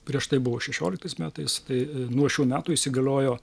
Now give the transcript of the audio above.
prieš tai buvo šešioliktais metais tai nuo šių metų įsigaliojo